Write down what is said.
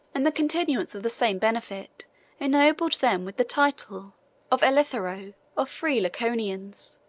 and the continuance of the same benefit ennobled them with the title of eleuthero, or free-laconians.